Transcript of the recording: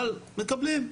אבל מקבלים.